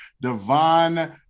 Devon